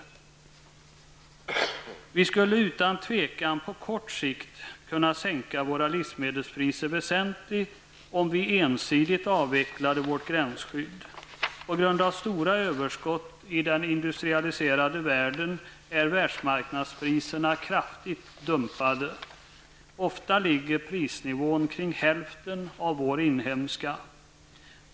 Vi skulle utan tvivel på kort sikt kunna sänka våra livsmedelspriser väsentligt om vi ensidigt avvecklade vårt gränsskydd. På grund av stora överskott i den industrialiserade världen är världsmarknadspriserna kraftigt dumpade; ofta ligger prisnivån kring hälften av våra inhemska.